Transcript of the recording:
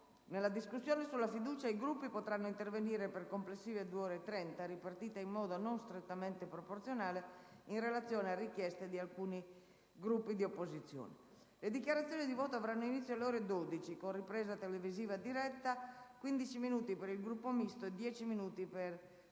Nella discussione sulla fiducia i Gruppi potranno intervenire per complessive 2 ore e 30 minuti, ripartite in modo non strettamente proporzionale in relazione a richieste di alcuni Gruppi di opposizione. Le dichiarazioni di voto avranno inizio alle ore 12, con ripresa televisiva diretta. Sono previsti 15 minuti per il Gruppo Misto e 10 minuti per